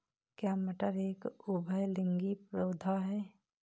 क्या मटर एक उभयलिंगी पौधा है?